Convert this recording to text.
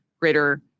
greater